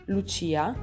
Lucia